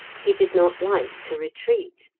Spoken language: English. he did not like to retreat.